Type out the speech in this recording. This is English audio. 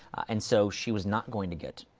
and so she was not going to get,